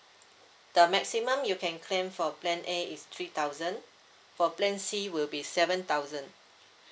the maximum you can claim for plan A is three thousand for plan C will be seven thousand